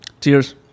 Cheers